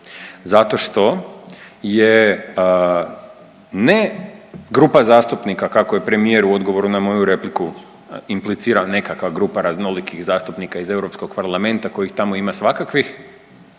zato što je ne grupa zastupnika kako je premijer u odgovoru na moju repliku implicirao, nekakva grupa raznolikih zastupnika iz Europskog parlamenta kojih tamo ima svakakvih